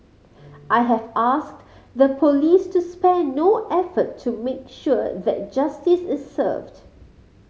I have asked the police to spare no effort to make sure that justice is served